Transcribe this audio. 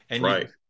Right